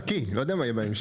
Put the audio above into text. חכי, לא יודע מה יהיה בהמשך...